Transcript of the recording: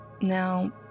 Now